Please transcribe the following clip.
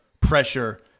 pressure